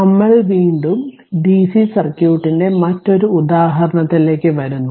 നമ്മൾ വീണ്ടും ഡിസി സർക്യൂട്ടിൻ്റെ മറ്റൊരു ഉദാഹരണത്തിലേക്ക് വരുന്നു